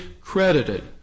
credited